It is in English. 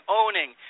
owning